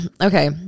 Okay